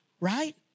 Right